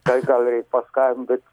kad gal reikia paskambinti